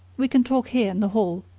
we can talk here in the hall.